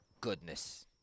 goodness